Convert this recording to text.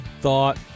thought